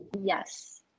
yes